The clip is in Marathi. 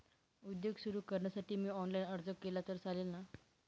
उद्योग सुरु करण्यासाठी मी ऑनलाईन अर्ज केला तर चालेल ना?